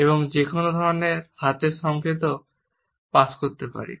এবং যে কোনও ধরণের হাতের সংকেতও পাস করতে পারি